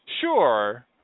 Sure